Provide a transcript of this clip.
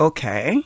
Okay